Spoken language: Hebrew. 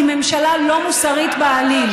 היא ממשלה לא מוסרית בעליל.